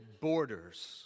borders